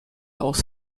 aus